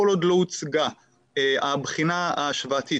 כל עוד לא הוצגה הבחינה ההשוואתית,